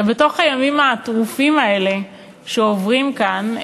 בתוך הימים הטרופים האלה שעוברים כאן,